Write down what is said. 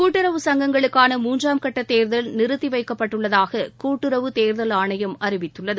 கூட்டுறவு சங்கங்களுக்கான மூன்றாம் கட்ட தேர்தல் நிறுத்தி வைக்கப்பட்டுள்ளதாக கூட்டுறவு தேர்தல் ஆணையம் அறிவித்துள்ளது